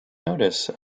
notice